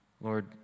Lord